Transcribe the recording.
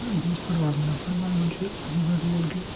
بہٕ اوسُس فُٹبال گِنٛدان فُٹبالہِ منٛز چھِ یِہوے روٗل کہِ